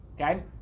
okay